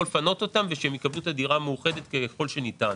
לפנות אותם ושהם יקבלו את הדירה המאוחדת ככל שניתן.